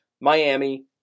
Miami